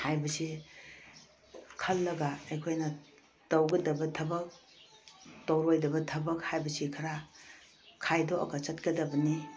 ꯍꯥꯏꯕꯁꯤ ꯈꯜꯂꯒ ꯑꯩꯈꯣꯏꯅ ꯇꯧꯒꯗꯕ ꯊꯕꯛ ꯇꯧꯔꯣꯏꯗꯕ ꯊꯕꯛ ꯍꯥꯏꯕꯁꯤ ꯈꯔ ꯈꯥꯏꯗꯣꯛꯑꯒ ꯆꯠꯀꯗꯕꯅꯤ